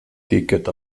ticket